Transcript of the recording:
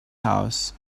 house